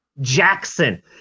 Jackson